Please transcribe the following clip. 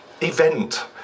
event